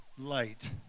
light